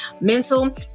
Mental